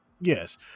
yes